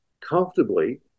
comfortably